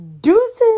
Deuces